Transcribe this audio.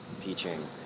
teaching